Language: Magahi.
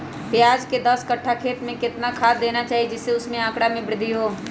प्याज के दस कठ्ठा खेत में कितना खाद देना चाहिए जिससे उसके आंकड़ा में वृद्धि हो?